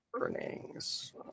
Earnings